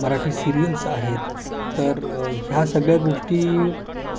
Marathi serials आहेत तर ह्या सगळ्या गोष्टी